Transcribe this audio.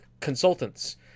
consultants